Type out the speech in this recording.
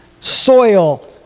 soil